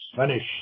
finish